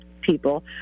people